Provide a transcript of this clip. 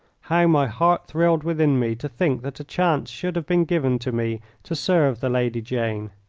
how my heart thrilled within me to think that a chance should have been given to me to serve the lady jane!